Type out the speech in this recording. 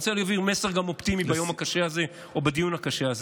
אני רוצה להעביר מסר אופטימי ביום הקשה הזה ובדיון הקשה הזה.